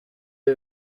ibi